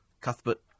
Cuthbert